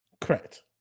correct